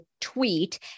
tweet